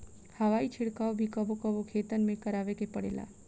हवाई छिड़काव भी कबो कबो खेतन में करावे के पड़ेला